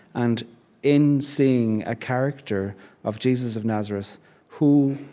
and in seeing a character of jesus of nazareth who,